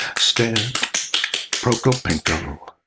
stan prokopenko,